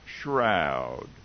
shroud